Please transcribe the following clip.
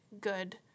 good